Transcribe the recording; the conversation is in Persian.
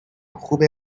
خوبه